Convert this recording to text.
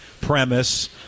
premise